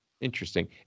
Interesting